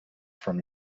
from